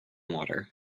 water